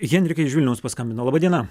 henrika iš vilniaus paskambino laba diena